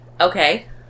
Okay